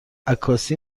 عکاسی